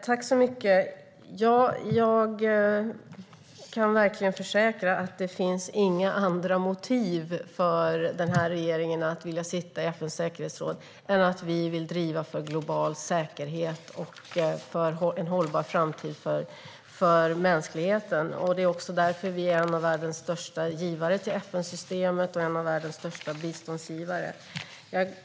Fru talman! Jag kan verkligen försäkra att det inte finns några andra motiv för regeringen att vilja sitta i FN:s säkerhetsråd än att vi vill driva på för global säkerhet och en hållbar framtid för mänskligheten. Det är också därför vi är en av världens största givare till FN-systemet och en av världens största biståndsgivare.